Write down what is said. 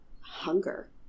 hunger